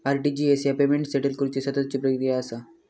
RTGS ह्या payment settle करुची सततची प्रक्रिया असा